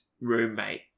roommate